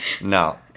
No